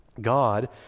God